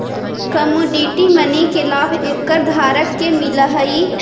commodity money के लाभ acre धारक के मिलऽ हई